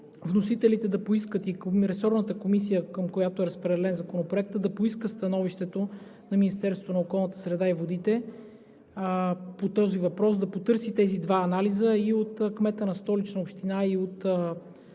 вносителите и ресорната комисия, към която е разпределен Законопроектът, да поискат становището на Министерството на околната среда и водите по този въпрос, да потърсят тези два анализа и от кмета на Столична община, и от